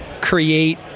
create